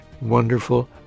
wonderful